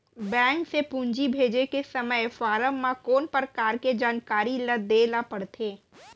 Bank से पूंजी भेजे के समय फॉर्म म कौन परकार के जानकारी ल दे ला पड़थे?